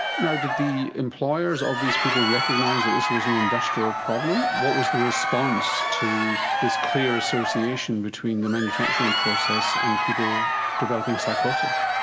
did the employers of these people recognise that this was an industrial problem? what was the response to this clear association between the manufacturing process and people developing psychosis?